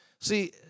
See